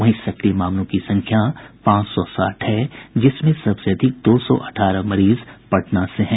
वहीं सक्रिय मामलों की संख्या पांच सौ साठ है जिसमें सबसे अधिक दो सौ अठारह मरीज पटना से हैं